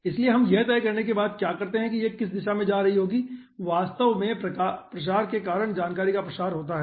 इसलिए हम यह तय करने के बाद क्या करते हैं कि यह किस दिशा में जा रही होगी वास्तव में प्रसार के कारण जानकारी का प्रसार होता है